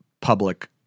public